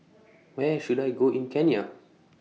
Where should I Go in Kenya